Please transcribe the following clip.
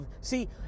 see